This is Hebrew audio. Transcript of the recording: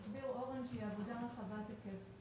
הסביר אורן שזו עבודה רחבת היקף.